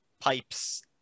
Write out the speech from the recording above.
pipes